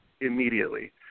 immediately